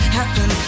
happen